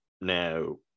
now